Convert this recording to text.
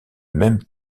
même